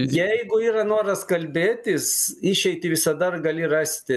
jeigu yra noras kalbėtis išeitį visada gali rasti